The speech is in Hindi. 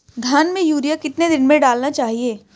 धान में यूरिया कितने दिन में डालना चाहिए?